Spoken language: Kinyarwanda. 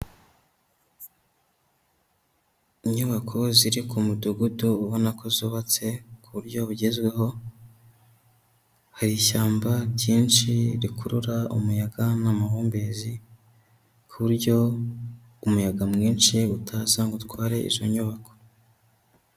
Inyubako ziri ku mudugudu ubona ko zubatse ku buryo bugezweho, hari ishyamba ryinshi rikurura umuyaga n'amahumbezi, ku buryo umuyaga mwinshi utaza ngo utware izo nyubako.